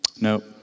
No